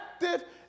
effective